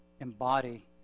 embody